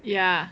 ya